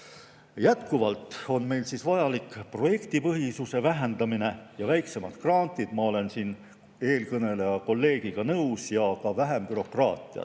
Jätkuvalt on meil vajalik projektipõhisuse vähendamine ja väiksemad grandid – ma olen siin eelkõnelenud kolleegiga nõus – ja [on vaja] ka vähem bürokraatiat.